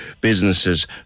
businesses